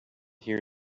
here